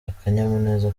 akanyamuneza